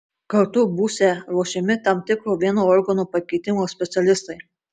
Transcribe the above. kartu būsią ruošiami tam tikro vieno organo pakeitimo specialistai